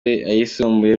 ayisumbuye